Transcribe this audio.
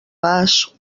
vas